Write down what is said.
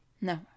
No